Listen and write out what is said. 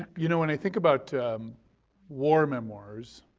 you know when i think about war memoirs,